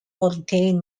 ordained